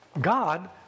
God